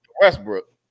Westbrook